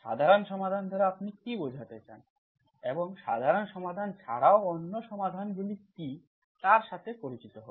সাধারণ সমাধান দ্বারা আপনি কী বোঝাতে চান এবং সাধারণ সমাধান ছাড়া অন্য সমাধানগুলি কী তার সাথে পরিচিত হব